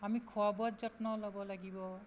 আমি খোৱা বোৱাত যত্ন ল'ব লাগিব